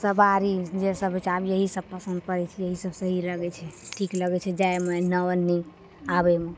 सवारी जे सभ आबय छै आब यही सभ पसन्द पड़य छै यही सभ सही लगय छै ठीक लगय छै जाहिमे ऐना ओनी आबयमे